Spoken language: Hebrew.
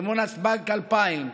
כמו נתב"ג 2000,